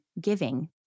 giving